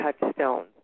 touchstones